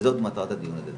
וזו מטרת הדיון הזה.